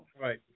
right